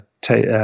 take